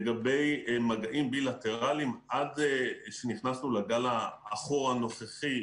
לגבי מגעים בילטרליים עד שנכנסנו לגל העכור הנוכחי,